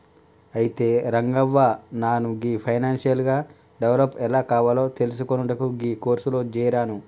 అయితే రంగవ్వ నాను గీ ఫైనాన్షియల్ గా డెవలప్ ఎలా కావాలో తెలిసికొనుటకు గీ కోర్సులో జేరాను